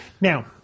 Now